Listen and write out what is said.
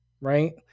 Right